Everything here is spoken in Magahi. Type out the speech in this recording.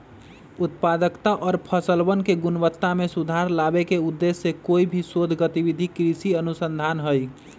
उत्पादकता और फसलवन के गुणवत्ता में सुधार लावे के उद्देश्य से कोई भी शोध गतिविधि कृषि अनुसंधान हई